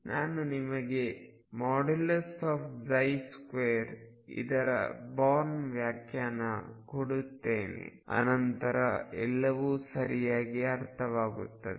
ನಾನು ನಿಮಗೆ 2 ಇದರ ಬಾರ್ನ್ನ ವ್ಯಾಖ್ಯಾನ ಕೊಡುತ್ತೇನೆ ಅನಂತರ ಎಲ್ಲವೂ ಸರಿಯಾಗಿ ಅರ್ಥವಾಗುತ್ತದೆ